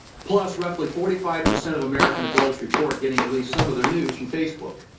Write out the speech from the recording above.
plus, roughly forty five percent of american adults report getting least some of their news from facebook.